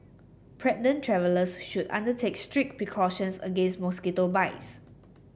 pregnant travellers should undertake strict precautions against mosquito bites